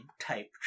type